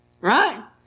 Right